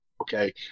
okay